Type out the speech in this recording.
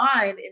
mind